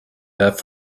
that